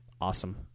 awesome